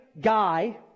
guy